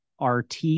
RT